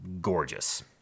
gorgeous